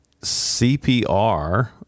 CPR